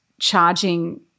charging